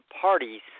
parties